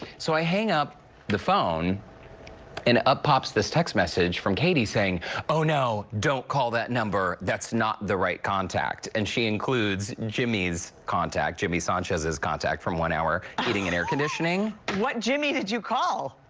so i hang up the phone and up pops this text message from katie saying oh, no, don't call that number. that's not the right contact. and she includes jimmy's contact, jimmy sanchez's contact from one hour heating and air conditioning. courtney what jimmy did you call?